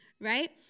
right